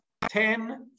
Ten